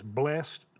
blessed